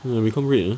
ya I become red ah